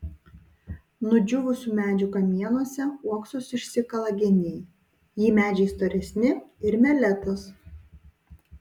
nudžiūvusių medžių kamienuose uoksus išsikala geniai jei medžiai storesni ir meletos